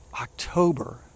October